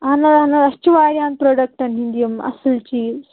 اَہَن حظ اَہَن حظ اَسہِ چھُ واریاہَن پرٛوڈَکٹَن ہٕنٛدۍ یِم اَصٕل چیٖز